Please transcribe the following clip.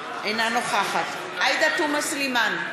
אינה נוכחת עאידה תומא סלימאן,